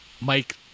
Mike